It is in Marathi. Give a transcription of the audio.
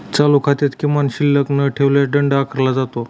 चालू खात्यात किमान शिल्लक न ठेवल्यास दंड आकारला जातो